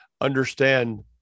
understand